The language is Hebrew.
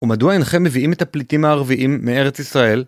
ומדוע אינכם מביאים את הפליטים הערביים מארץ ישראל?